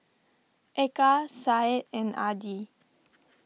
Eka Said and Adi